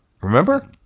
remember